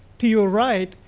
to your right,